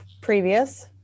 previous